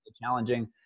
challenging